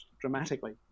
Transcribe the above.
dramatically